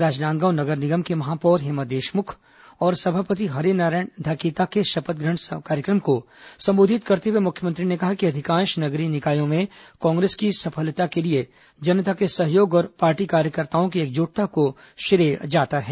राजनांदगांव नगर निगम की महापौर हेमा देशमुख और सभापति हरिनारायण धकेता के शपथ ग्रहण कार्यक्रम को संबोधित करते हुए मुख्यमंत्री ने कहा कि अधिकांश नगरीय निकायों में कांग्रेस की सफलता के लिए जनता के सहयोग और पार्टी कार्यकर्ताओं की एकजुटता को श्रेय जाता है